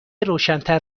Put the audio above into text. روشنتر